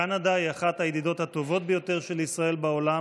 קנדה היא אחת הידידות הטובות ביותר של ישראל בעולם,